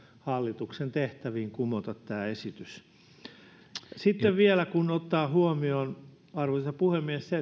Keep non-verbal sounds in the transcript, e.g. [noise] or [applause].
hallituksen tehtäviin kumota tämä malli arvoisa puhemies sitten vielä pitää ottaa huomioon se [unintelligible]